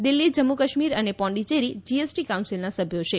દિલ્હી જમ્મુ કાશ્મીર અને પોંડિચેરી જીએસટી કાઉન્સીલના સભ્યો છે